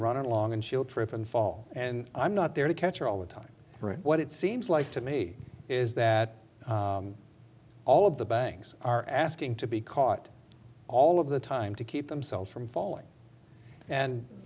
running along and she'll trip and fall and i'm not there to catch her all the time what it seems like to me is that all of the banks are asking to be caught all of the time to keep themselves from falling and